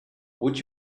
would